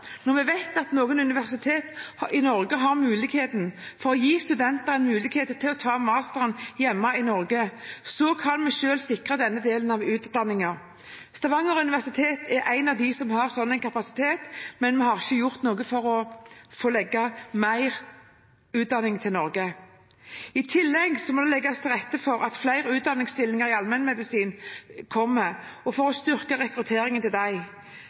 Når vi vet at noen universiteter i Norge kan gi studenter en mulighet til å ta mastergraden i hjemme i Norge, kan vi selv sikre denne delen av utdanningen. Universitetet i Stavanger er blant dem som har en slik kapasitet, men vi har ikke gjort noe for å få lagt mer utdanning til Norge. I tillegg må det legges til rette for flere utdanningsstillinger i allmennmedisin for å styrke rekrutteringen til